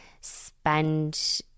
spend